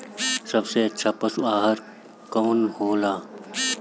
सबसे अच्छा पशु आहार कवन हो ला?